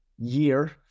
year